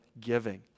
giving